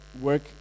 work